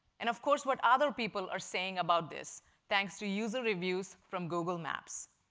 and of course what other people are saying about this thanks to user reviews from google maps.